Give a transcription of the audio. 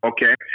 Okay